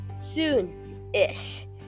Soon-ish